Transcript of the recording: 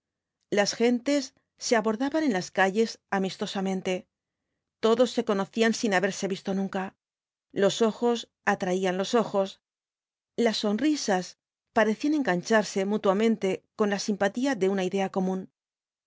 las geirtes se abordaban en las calles amistosamente todos se conocían sin haberse visto nunca los ojos atraían á los ojos las sonrisas parecían engancharse mutuamente con la simpatía de una idea común